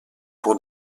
pour